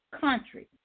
country